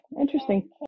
Interesting